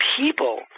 people